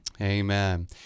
Amen